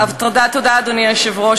תודה, אדוני היושב-ראש.